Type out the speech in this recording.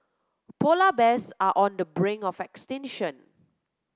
polar bears are on the brink of extinction